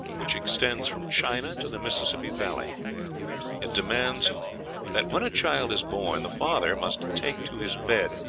which extends from china to the mississippi valley it demands that, when a child is born, the father must take to his bed,